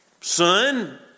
Son